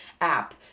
app